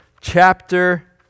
chapter